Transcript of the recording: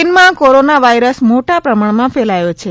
ચીનમાં corona virus મોટા પ્રમાણમાં ફેલાથો છે